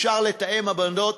אפשר לתאם עמדות,